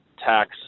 tax